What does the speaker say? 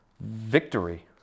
victory